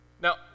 Now